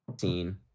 scene